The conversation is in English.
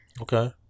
Okay